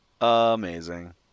Amazing